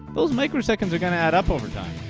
those microseconds are gonna add up over time!